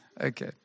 Okay